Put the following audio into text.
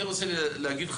אני רוצה להגיד לך,